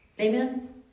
Amen